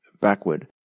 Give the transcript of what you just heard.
backward